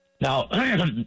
Now